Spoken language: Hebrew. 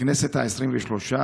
בכנסת העשרים-ושלוש,